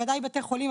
בוודאי בתי חולים,